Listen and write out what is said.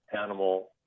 animal